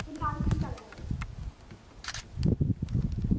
এর মধ্যে আর কি কি কালার হবে